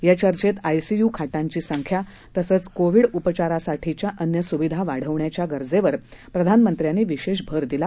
या चर्चेत आयसीयू खाटांची संख्या तसंच कोविड उपचारांसाठीच्या अन्य सुविधा वाढविण्याच्या गरजेवर प्रधानमंत्र्यांनी विशेष भर दिला